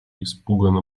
испуганно